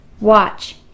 watch